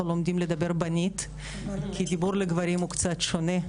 אנחנו לומדים לדבר "בנית" כי דיבור לגברים הוא קצת שונה,